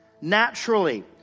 Naturally